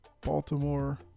Baltimore